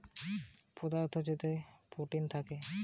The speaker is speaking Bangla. কোলাজেন মানে হতিছে গটে ধরণের পদার্থ যাতে প্রোটিন থাকে